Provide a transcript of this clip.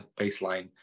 baseline